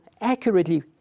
accurately